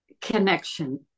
connection